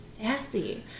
sassy